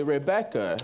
Rebecca